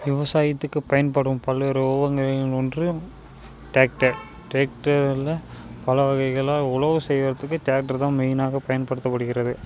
விவசாயத்துக்கு பயன்படும் பல்வேறு ஒன்று டேக்டர் டிரேக்ட்டருல பல வகைகளாக உழவு செய்கிறத்துக்கே டேக்ட்ரு தான் மெயினாக பயன்படுத்தப்படுகிறது